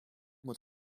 moet